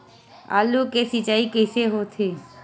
आलू के सिंचाई कइसे होथे?